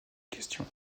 question